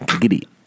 Giddy